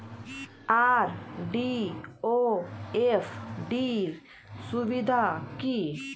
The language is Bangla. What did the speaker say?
আর.ডি ও এফ.ডি র সুবিধা কি?